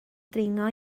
dringo